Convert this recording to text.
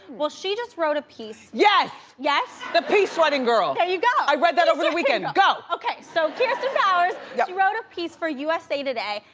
well she just wrote a piece yes! yes? the piece-writing girl. there you go! i read that over the weekend, go! okay, so kirsten powers, she yeah wrote a piece for usa today.